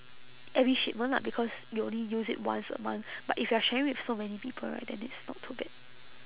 every shipment lah because you only use it once a month but if you are sharing with so many people right then it's not too bad